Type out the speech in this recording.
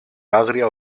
άγρια